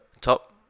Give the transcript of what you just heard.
top